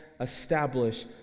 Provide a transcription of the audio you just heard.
establish